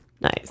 Nice